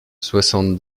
soixante